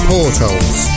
Portals